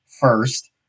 first